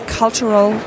cultural